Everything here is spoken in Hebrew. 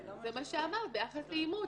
זה מה שאמרת ביחס לאימוץ.